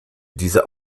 diese